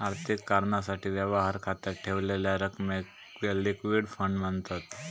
आर्थिक कारणासाठी, व्यवहार खात्यात ठेवलेल्या रकमेक लिक्विड फंड मांनतत